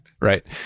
right